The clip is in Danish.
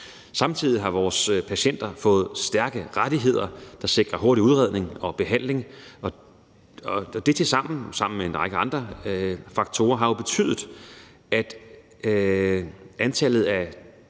Samtidig har vores patienter fået stærke rettigheder, der sikrer hurtig udredning og behandling. Og de ting lagt sammen med en række andre faktorer har jo betydet, at antallet af